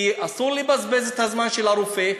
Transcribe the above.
כי אסור לבזבז את הזמן של הרופא,